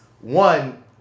one